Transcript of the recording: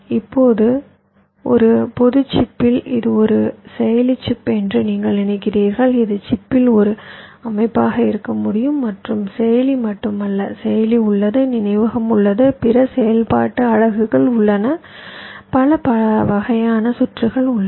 இப்போது ஒரு பொது சிப்பில் இது ஒரு செயலி சிப் என்று நீங்கள் நினைக்கிறீர்கள் இது சிப்பில் ஒரு அமைப்பாக இருக்க முடியும் மற்றும் செயலி மட்டுமல்ல செயலி உள்ளது நினைவகம் உள்ளது பிற செயல்பாட்டு அலகுகள் உள்ளன பல வகையான சுற்றுகள் உள்ளன